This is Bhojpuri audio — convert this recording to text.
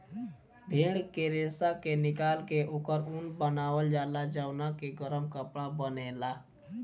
भेड़ के रेशा के निकाल के ओकर ऊन बनावल जाला जवना के गरम कपड़ा बनेला